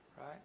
Right